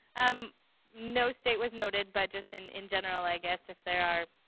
um no state was noted, but just and in general, i guess, if there are